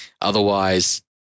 otherwise